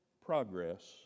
progress